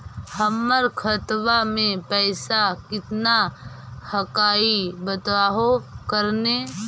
हमर खतवा में पैसा कितना हकाई बताहो करने?